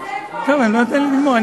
כללים להוציא אותו.